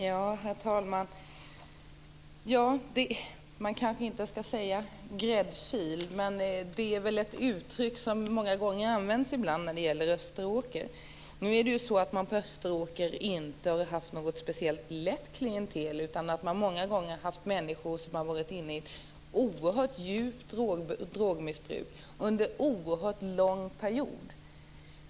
Herr talman! Man skall kanske inte säga gräddfil, men det är ett uttryck som används ibland när det gäller Österåker. På Österåker har man inte haft något speciellt lätt klientel. Många gånger har det varit människor som har varit inne i ett oerhört djupt drogmissbruk under en mycket lång period.